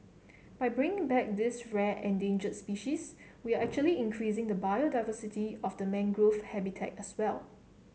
by bringing back this rare endangered species we are actually increasing the biodiversity of the mangrove habitat as well